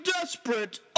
desperate